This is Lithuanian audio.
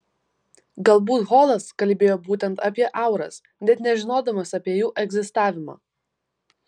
galbūt holas kalbėjo būtent apie auras net nežinodamas apie jų egzistavimą